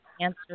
answer